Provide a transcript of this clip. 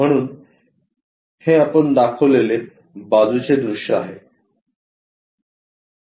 म्हणून हे आपण दाखवलेले बाजूचे दृश्य आहे